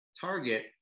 Target